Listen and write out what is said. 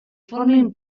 formin